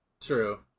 True